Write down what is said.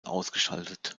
ausgeschaltet